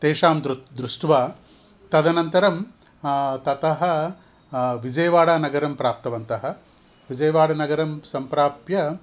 तेषां दृ दृष्ट्वा तदनन्तरं ततः विजय्वाडानगरं प्राप्तवन्तः विजय्वाडनगरं सम्प्राप्य